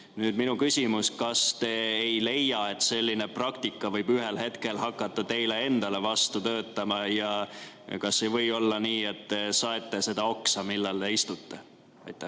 minu küsimus: kas te ei leia, et selline praktika võib ühel hetkel hakata teile endale vastu töötama? Kas ei või olla nii, et te saete seda oksa, millel te istute? Aitäh,